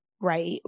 right